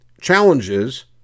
challenges